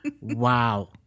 wow